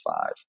five